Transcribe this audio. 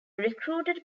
recruited